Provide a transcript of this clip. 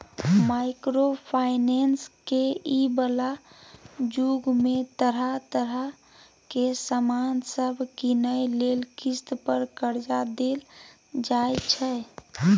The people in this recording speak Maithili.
माइक्रो फाइनेंस के इ बला जुग में तरह तरह के सामान सब कीनइ लेल किस्त पर कर्जा देल जाइ छै